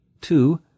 two